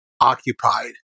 occupied